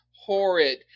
horrid